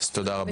תודה רבה.